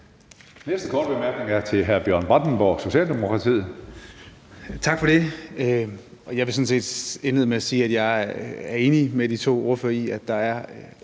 næste korte bemærkning er til hr. Bjørn Brandenborg, Socialdemokratiet. Kl. 16:19 Bjørn Brandenborg (S): Tak for det. Jeg vil sådan set indlede med at sige, at jeg er enig med de to ordførere i, at der